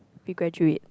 you graduate